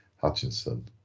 Hutchinson